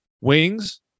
wings